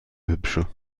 hübsche